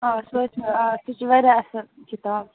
آ سُہ حظ چھےٚ آ سُہ چھِ واریاہ اصٕل کِتاب